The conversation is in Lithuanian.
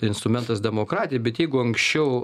instrumentas demokratijai bet jeigu anksčiau